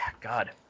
God